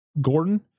Gordon